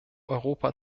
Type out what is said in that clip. europa